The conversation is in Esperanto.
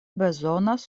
bezonas